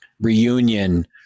reunion